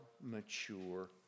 mature